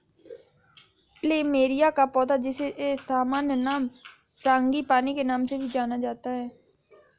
plumeria का पौधा, जिसे सामान्य नाम फ्रांगीपानी के नाम से भी जाना जाता है